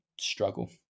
struggle